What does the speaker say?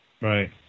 Right